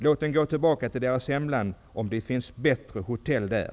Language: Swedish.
Låt den gå tillbaka till hemlandet, om det finns bättre hotell där.